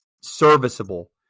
serviceable